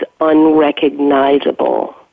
unrecognizable